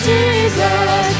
Jesus